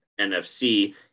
NFC